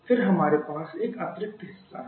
फिर हमारे पास एक अतिरिक्त हिस्सा है